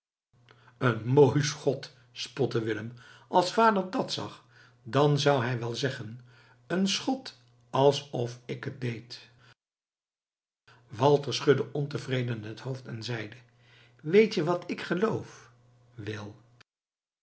een mooi schot spotte willem als vader dat zag dan zou hij wel zeggen een schot alsof ik het deed walter schudde ontevreden het hoofd en zeide weet je wat ik geloof wil